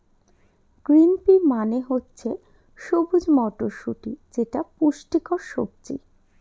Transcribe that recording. green pea মানে হচ্ছে সবুজ মটরশুটি যেটা পুষ্টিকর সবজি